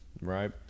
right